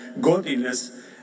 godliness